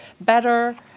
better